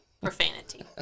profanity